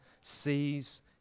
sees